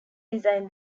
designed